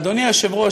אדוני היושב-ראש,